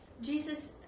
Jesus